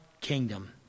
kingdom